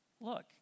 look